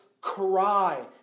cry